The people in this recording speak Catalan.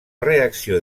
reacció